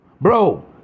Bro